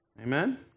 Amen